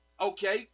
Okay